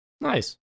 Nice